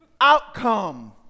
Outcome